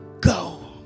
go